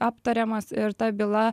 aptariamas ir ta byla